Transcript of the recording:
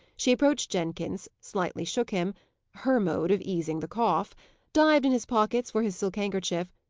she approached jenkins, slightly shook him her mode of easing the cough dived in his pockets for his silk handkerchief,